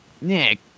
nick